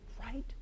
right